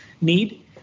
need